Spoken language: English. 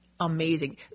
amazing